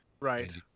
right